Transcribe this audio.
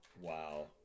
wow